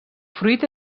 fruit